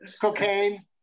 Cocaine